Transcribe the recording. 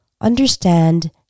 understand